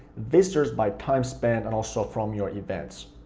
visitors by time span, and also from your events.